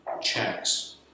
checks